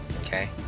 Okay